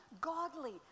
godly